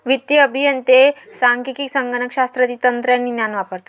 वित्तीय अभियंते सांख्यिकी, संगणक शास्त्रातील तंत्रे आणि ज्ञान वापरतात